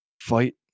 fight